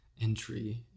entry